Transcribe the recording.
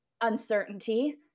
uncertainty